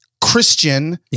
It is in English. Christian